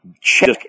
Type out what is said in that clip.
Check